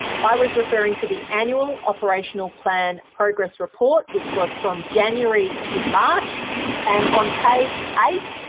i was referring to the annual operational plan progress report, which was from january to march and on page eight,